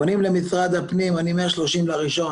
פונים למשרד הפנים, אני מה-30.1.2020.